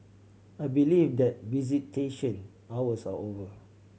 I believe that visitation hours are over